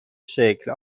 شکل